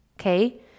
okay